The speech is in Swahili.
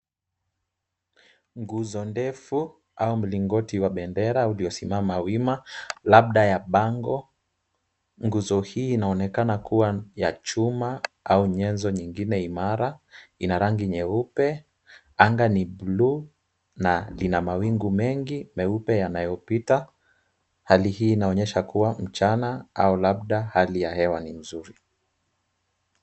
Nguzo ndefu au mlingoti wa bendera uliosimama wima labda ya bango. Nguzo hii inaonekana kuwa ya chuma au nyezo nyingine imara, ina rangi nyeupe. Anga ni bluu na lina mawingu mengi meupe yanayopita. Hali hii inaonyesha kuwa mchana au labda hali ya hewa ni mzuri.